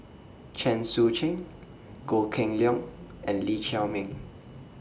Chen Sucheng Goh Kheng Long and Lee Chiaw Meng